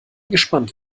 gespannt